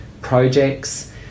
projects